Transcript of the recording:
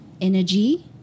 energy